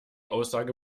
aussage